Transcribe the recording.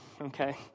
okay